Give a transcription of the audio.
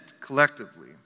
collectively